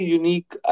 unique